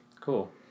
Cool